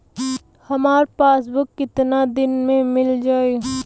हमार पासबुक कितना दिन में मील जाई?